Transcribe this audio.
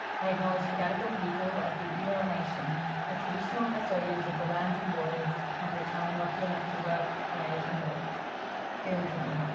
i acknowledge the gadigal people of the eora nation, the traditional custodians of the lands and waters for which i am lucky enough to work, play and live here in sydney.